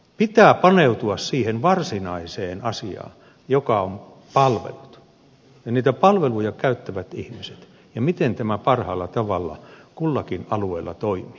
pitää paneutua siihen varsinaiseen asiaan joka on palvelut ja niitä palveluja käyttävät ihmiset ja miten tämä parhaalla tavalla kullakin alueella toimii